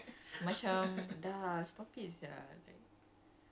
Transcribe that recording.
ah is smoking haram